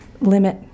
limit